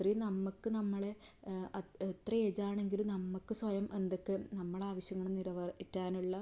അത്രയും നമുക്ക് നമ്മളെ എത്ര ഏജാണെങ്കിലും നമുക്ക് സ്വയം അന്തക്കെ നമ്മുടെ ആവശ്യങ്ങൾ നിറവേറ്റാനുള്ള